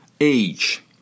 age